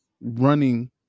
running